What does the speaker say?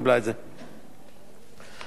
הצעת החוק מוגשת ללא הסתייגויות,